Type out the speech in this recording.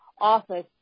office